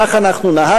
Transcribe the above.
כך אנחנו נהגנו,